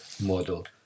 model